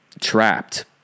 trapped